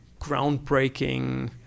groundbreaking